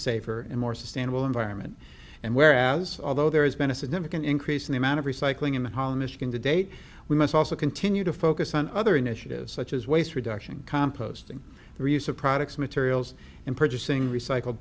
safer and more sustainable environment and whereas although there has been a significant increase in the amount of recycling in the hall in michigan to date we must also continue to focus on other initiatives such as waste reduction composting the reuse of products materials and purchasing recycle